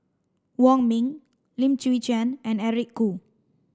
Wong Ming Lim Chwee Chian and Eric Khoo